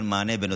הוא